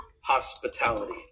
hospitality